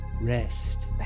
rest